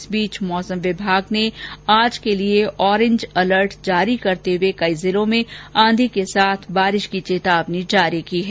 इस बीच मौसम विमाग ने आज के लिए ओरेंज अलर्ट जारी करते हुए कई जिलों में आंधी के साथ बारिश की चेतावनी जारी की है